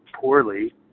poorly